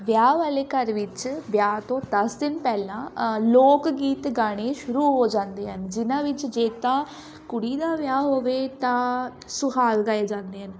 ਵਿਆਹ ਵਾਲੇ ਘਰ ਵਿੱਚ ਵਿਆਹ ਤੋਂ ਦਸ ਦਿਨ ਪਹਿਲਾਂ ਲੋਕ ਗੀਤ ਗਾਉਣੇ ਸ਼ੁਰੂ ਹੋ ਜਾਂਦੇ ਹਨ ਜਿਹਨਾਂ ਵਿੱਚ ਜੇ ਤਾਂ ਕੁੜੀ ਦਾ ਵਿਆਹ ਹੋਵੇ ਤਾਂ ਸੁਹਾਗ ਗਾਏ ਜਾਂਦੇ ਹਨ